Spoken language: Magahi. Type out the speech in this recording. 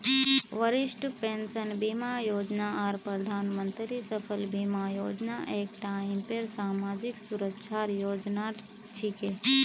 वरिष्ठ पेंशन बीमा योजना आर प्रधानमंत्री फसल बीमा योजना एक टाइपेर समाजी सुरक्षार योजना छिके